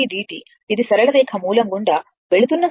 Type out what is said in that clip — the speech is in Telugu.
ఇది సరళ రేఖ మూలం గుండా వెళుతున్న సరళ రేఖ